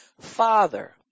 Father